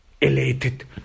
elated